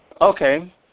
Okay